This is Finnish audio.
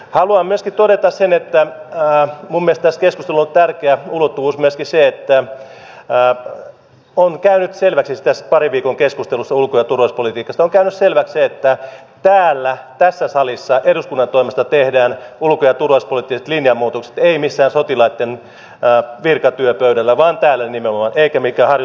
haluan myöskin todeta sen että minun mielestäni tässä keskustelussa on tärkeä ulottuvuus myöskin se mikä on käynyt selväksi tässä parin viikon keskustelussa ulko ja turvallisuuspolitiikasta että täällä tässä salissa eduskunnan toimesta tehdään ulko ja turvallisuuspoliittiset linjanmuutokset ei missään sotilaitten virkatyöpöydällä täällä nimenomaan eikä minkään harjoituksen yhteydessä